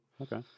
okay